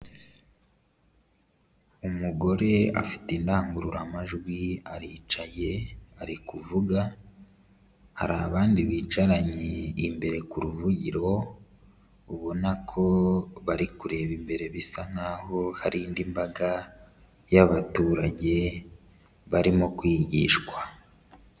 Umugore afite indangururamajwi aricaye, ari kuvuga, hari abandi bicaranye imbere ku ruvugiro, ubona ko bari kureba imbere bisa nkaho hari indi mbaga y'abaturage barimo kwigishwa.